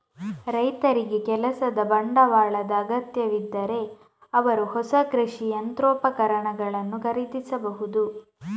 ರೈತರಿಗೆ ಕೆಲಸದ ಬಂಡವಾಳದ ಅಗತ್ಯವಿದ್ದರೆ ಅವರು ಹೊಸ ಕೃಷಿ ಯಂತ್ರೋಪಕರಣಗಳನ್ನು ಖರೀದಿಸಬಹುದು